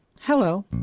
Hello